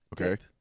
Okay